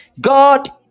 God